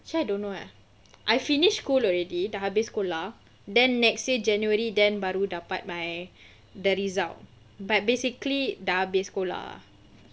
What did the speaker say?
so I don't know eh I finished school already dah habis sekolah then next year january then baru dapat my the result but basically dah habis sekolah